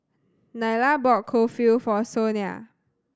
Nyla bought Kulfi for Sonia